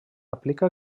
aplica